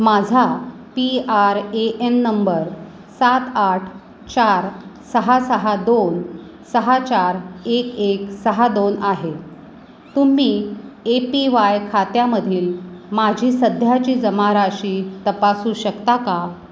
माझा P R A N number सात आठ चार सहा सहा दोन सहा चार एक एक सहा दोन आहे तुम्ही ए पी वाय खात्यामधील माझी सध्याची जमा राशी तपासू शकता का